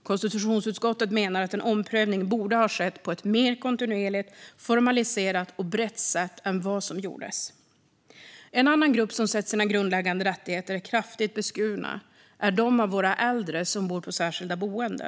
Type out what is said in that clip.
Konstitutionsutskottet menar att en omprövning borde ha skett på ett mer kontinuerligt, formaliserat och brett sätt än vad som gjordes. En annan grupp som sett sina grundläggande rättigheter kraftigt beskurna är de av våra äldre som bor på särskilda boenden.